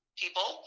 people